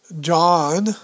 John